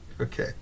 Okay